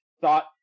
thought –